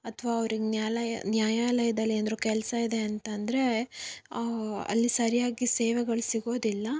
ಅಥವಾ ಅವ್ರಿಗೆ ನ್ಯಾಯಾಲಯ ನ್ಯಾಯಾಲಯದಲ್ಲಿ ಏನಾದ್ರೂ ಕೆಲಸ ಇದೆ ಅಂತ ಅಂದರೆ ಅಲ್ಲಿ ಸರಿಯಾಗಿ ಸೇವೆಗಳು ಸಿಗೋದಿಲ್ಲ